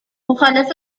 مخالف